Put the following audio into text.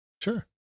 Sure